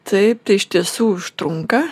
taip tai iš tiesų užtrunka